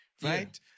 Right